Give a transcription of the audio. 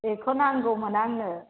बेखौ नांगौमोन आंनो